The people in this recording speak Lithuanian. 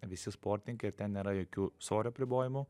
visi sportininkai ir ten nėra jokių svorio apribojimų